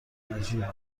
نجیبن